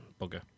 bugger